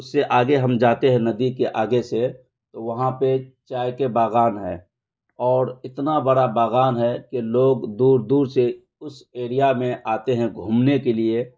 اس سے آگے ہم جاتے ہیں ندی کے آگے سے تو وہاں پہ چائے کے باغان ہے اور اتنا بڑا باغان ہے کہ لوگ دور دور سے اس ایریا میں آتے ہیں گھومنے کے لیے